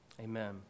Amen